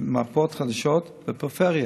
מרפאות חדשות בפריפריה,